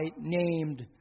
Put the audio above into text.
named